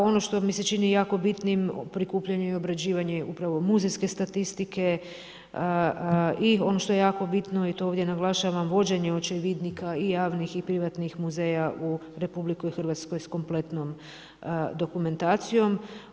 Ono što mi se čini jako bitnim prikupljanje i obrađivanje upravo muzejske statistike i ono što je jako bitno i to ovdje naglašavam, vođenje očevidnika i javnih i privatnih muzeja u RH s kompletnom dokumentacijom.